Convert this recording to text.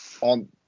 On